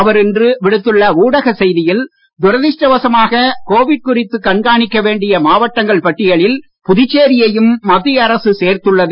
அவர் இன்று விடுத்துள்ள ஊடகச் செய்தியில் துரதிஷ்டவசமாக கோவிட் குறித்து கண்காணிக்க வேண்டிய மாவட்டங்கள் பட்டியலில் புதுச்சேரியும் மத்திய அரசு சேர்த்துள்ளது